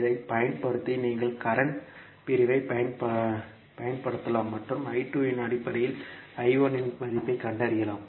இதைப் பயன்படுத்தி நீங்கள் கரண்ட் பிரிவைப் பயன்படுத்தலாம் மற்றும் இன் அடிப்படையில் இன் மதிப்பைக் கண்டறியலாம்